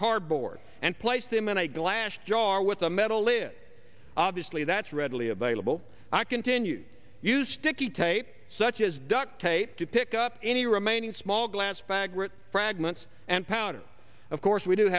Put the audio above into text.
cardboard and place them in a glass jar with a metal lid obviously that's readily available i continue to use sticky tape such as duct tape to pick up any remaining small glass fagot fragments and powder of course we do